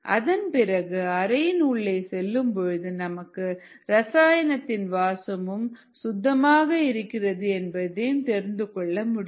அதன் பிறகு அறையின் உள்ளே செல்லும் பொழுது நமக்கு ரசாயனத்தின் வாசமும் சுத்தமாக இருக்கிறது என்பதையும் தெரிந்துகொள்ள முடியும்